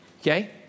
okay